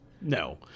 No